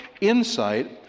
insight